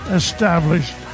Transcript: established